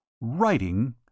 Writing